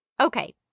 Okay